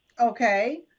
Okay